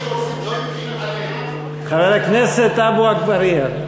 חבר הכנסת עפו אגבאריה,